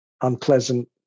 unpleasant